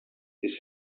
his